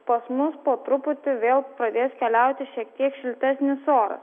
pas mus po truputį vėl pradės keliauti šiek tiek šiltesnis oras